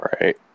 Right